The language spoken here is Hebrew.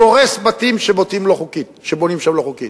הוא הורס בתים שבונים שם לא חוקית,